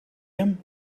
him